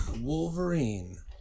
Wolverine